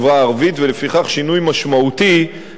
ולפיכך שינוי משמעותי לפני,